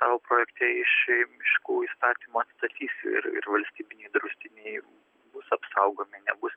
sau projekte iš miškų įstatymo atstatys ir ir valstybiniai draustiniai bus apsaugomi nebus